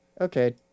Okay